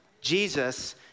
Jesus